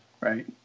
right